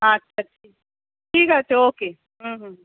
আচ্ছা ঠিক ঠিক আছে ওকে হুম হুম